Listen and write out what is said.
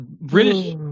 British